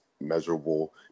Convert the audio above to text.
measurable